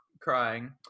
crying